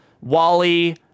Wally